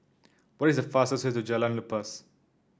what is the fastest way to Jalan Lepas